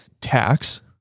tax